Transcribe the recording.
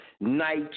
Night